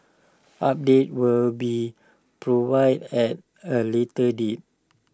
updates will be provided at A later date